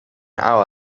hour